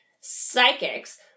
psychics